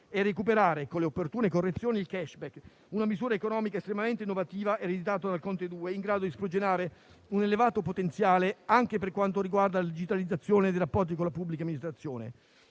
e recuperare con le opportune correzioni il *cashback*, una misura economica estremamente innovativa ereditata dal Conte II, in grado di sprigionare un elevato potenziale anche per quanto riguarda la digitalizzazione dei rapporti con la pubblica amministrazione.